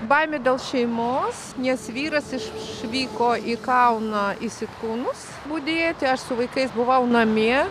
baimė dėl šeimos nes vyras iš švyko į kauną į sitkūnus budėti aš su vaikais buvau namie